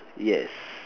yes